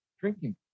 drinking